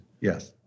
Yes